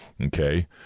Okay